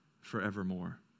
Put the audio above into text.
forevermore